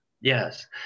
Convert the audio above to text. Yes